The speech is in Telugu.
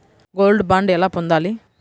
గోల్డ్ బాండ్ ఎలా పొందాలి?